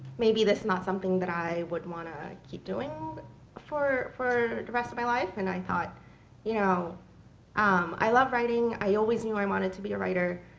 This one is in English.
maybe that's not something that i would want to keep doing for for the rest of my life, and i thought you know um i love writing. i always knew i wanted to be a writer.